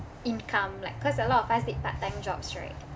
income like cause a lot of us did part time jobs right